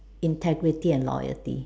integrity and loyalty